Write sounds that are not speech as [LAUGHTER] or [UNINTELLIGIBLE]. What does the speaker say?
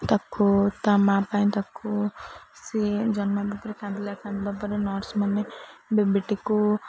ତାକୁ ତା' ମା' ପାଇଁ ତାକୁ ସିଏ ଜନ୍ମ ଭିତରେ କାନ୍ଦିଲା [UNINTELLIGIBLE] ପରେ ନର୍ସ ମାନେ ବେବିଟିକୁ